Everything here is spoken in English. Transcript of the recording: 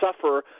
suffer